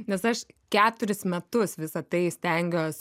nes aš keturis metus visą tai stengiuos